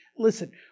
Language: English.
Listen